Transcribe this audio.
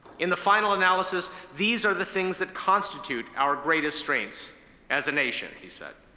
in the final analysis, these are the things that constitute our greatest strengths as a nation, he said.